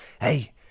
Hey